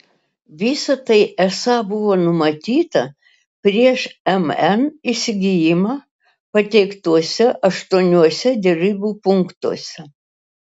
visa tai esą buvo numatyta prieš mn įsigijimą pateiktuose aštuoniuose derybų punktuose